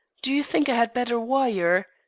don't you think i had better wire?